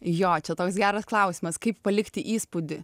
jo čia toks geras klausimas kaip palikti įspūdį